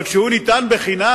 אבל כשהוא ניתן חינם?